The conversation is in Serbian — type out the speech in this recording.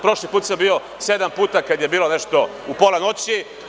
Prošli put sam bio sedam puta kad je bilo nešto u pola noći.